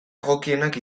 egokienak